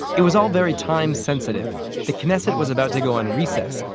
but it was all very time sensitive yeah the knesset was about to go on recess,